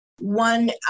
One